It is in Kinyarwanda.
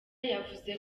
yavuze